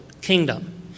kingdom